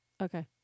Okay